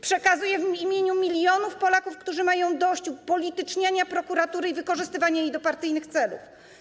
Przekazuję w imieniu milionów Polaków, którzy mają dość upolityczniania prokuratury i wykorzystywania jej do partyjnych celów.